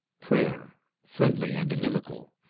prayer, friendly and inimical,